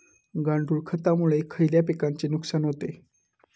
गांडूळ खतामुळे खयल्या पिकांचे नुकसान होते?